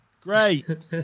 Great